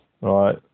Right